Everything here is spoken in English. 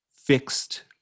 fixed